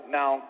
now